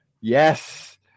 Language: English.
Yes